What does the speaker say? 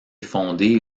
fondée